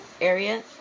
area